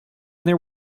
there